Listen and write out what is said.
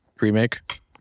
remake